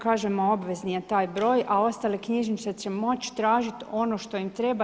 Kažemo obvezni je taj broj, a ostale knjižnice će moći tražit ono što im treba.